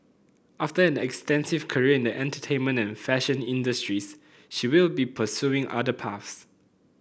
after an extensive career in the entertainment and fashion industries she will be pursuing other paths